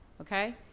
Okay